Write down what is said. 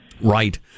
Right